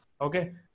Okay